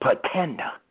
pretender